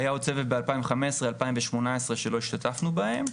היה עוד צוות ב-2015, 2018 שלא השתתפנו בהם.